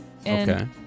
Okay